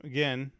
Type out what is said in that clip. Again